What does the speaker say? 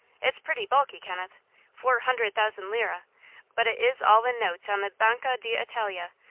it's pretty bulky, kenneth four hundred thousand lira but it is all in notes on the banca d'italia,